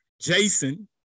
Jason